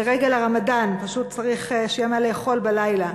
לרגל הרמדאן, פשוט צריך שיהיה מה לאכול בלילה.